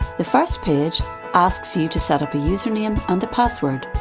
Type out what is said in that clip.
the first page asks you to set up a username and a password.